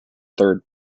third